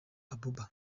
abuba